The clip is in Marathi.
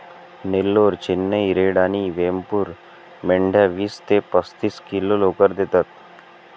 नेल्लोर, चेन्नई रेड आणि वेमपूर मेंढ्या वीस ते पस्तीस किलो लोकर देतात